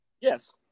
Yes